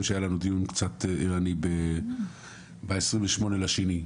שהיה לנו דיון קצת עירני ב-28 בפברואר,